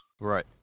Right